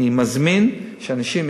אני מזמין אנשים,